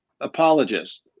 apologist